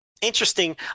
interesting